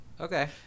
Okay